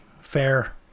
Fair